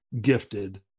gifted